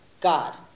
God